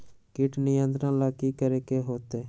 किट नियंत्रण ला कि करे के होतइ?